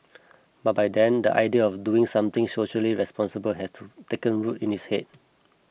but by then the idea of doing something socially responsible had to taken root in his head